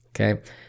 Okay